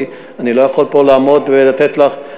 כי אני לא יכול פה לעמוד ולתת לך,